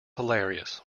hilarious